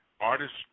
artists